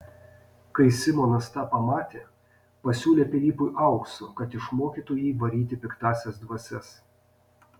kai simonas tą pamatė pasiūlė pilypui aukso kad išmokytų jį varyti piktąsias dvasias